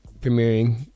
premiering